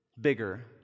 bigger